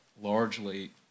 largely